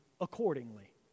accordingly